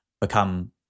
become